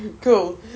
cool